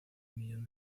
millón